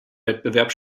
wettbewerb